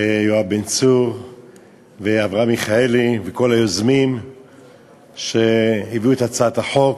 יואב בן צור ואברהם מיכאלי ולכל היוזמים שהביאו את הצעת החוק.